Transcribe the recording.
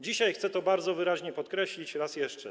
Dzisiaj chcę to bardzo wyraźnie podkreślić raz jeszcze.